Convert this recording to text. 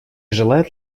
желает